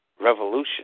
revolution